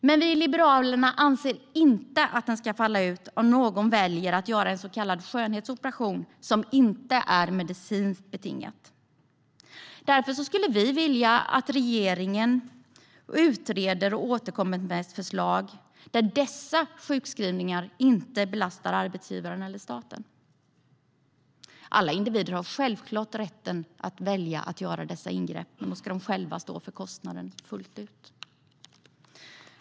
Men vi i Liberalerna anser inte att den ska falla ut om någon väljer att göra en så kallad skönhetsoperation som inte är medicinskt betingad. Därför vill vi att regeringen utreder detta och återkommer med ett förslag där dessa sjukskrivningar inte belastar arbetsgivaren eller staten. Alla individer har självfallet rätt att välja att göra dessa ingrepp, men då ska de själva stå för kostnaden fullt ut.